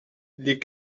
les